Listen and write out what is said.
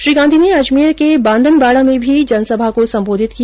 श्री गांधी ने अजमेर के बांदनबाडा में भी एक जनसभा को संबोधित किया